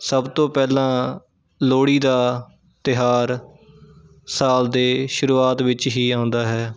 ਸਭ ਤੋਂ ਪਹਿਲਾਂ ਲੋਹੜੀ ਦਾ ਤਿਉਹਾਰ ਸਾਲ ਦੇ ਸ਼ੁਰੂਆਤ ਵਿੱਚ ਹੀ ਆਉਂਦਾ ਹੈ